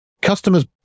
customers